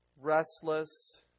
restless